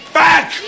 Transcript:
back